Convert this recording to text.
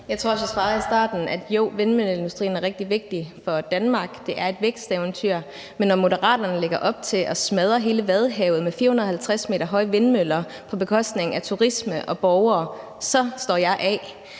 i starten, at jo, vindmølleindustrien er rigtig vigtigt for Danmark. Det er et væksteventyr. Men når Moderaterne lægger op til at smadre hele Vadehavet med 450 m høje vindmøller på bekostning af turisme og borgere, står jeg af.